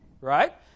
Right